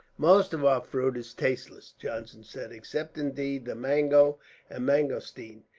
most of our fruit is tasteless johnson said, except, indeed, the mango and mangostine.